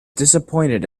disappointed